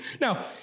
Now